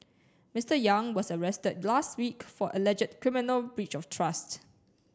Mister Yang was arrested last week for alleged criminal breach of trust